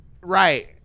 Right